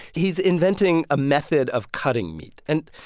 he's inventing a method of cutting meat. and,